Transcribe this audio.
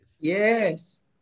Yes